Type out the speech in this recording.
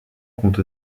compte